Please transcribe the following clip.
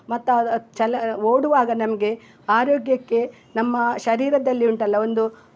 ಮತ್ತು ಆ ಛಲ ಓಡುವಾಗ ನಮಗೆ ಆರೋಗ್ಯಕ್ಕೆ ನಮ್ಮ ಶರೀರದಲ್ಲಿ ಉಂಟಲ್ವ ಒಂದು